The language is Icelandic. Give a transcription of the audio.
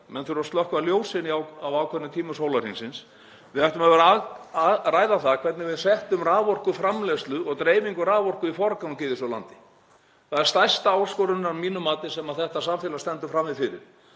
menn þurfi að slökkva ljósin á ákveðnum tímum sólarhringsins, við ættum að vera að ræða það hvernig við setjum raforkuframleiðslu og dreifingu raforku í forgang í þessu landi. Það er stærsta áskorunin að mínu mati sem þetta samfélag stendur frammi fyrir.